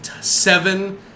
seven